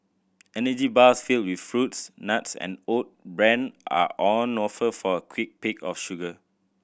energy bars filled with fruits nuts and oat bran are on offer for a quick pick of sugar